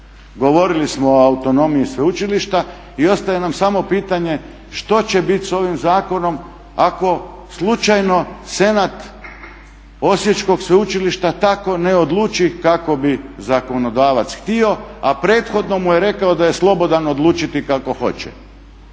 Govorili smo o autonomiji sveučilišta i ostaje nam samo pitanje što će biti s ovim zakonom ako slučajno Senat Osječkog sveučilišta tako ne odluči kako bi zakonodavac htio, a prethodno mu je rekao da je slobodan odlučiti kako hoće.